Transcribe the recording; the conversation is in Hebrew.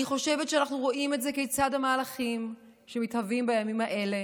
אני חושבת שאנחנו רואים כיצד המהלכים שמתהווים בימים האלה